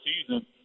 season